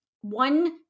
one